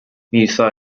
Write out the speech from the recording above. musa